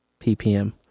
PPM